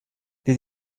did